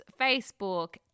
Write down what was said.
Facebook